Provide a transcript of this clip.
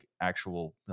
actual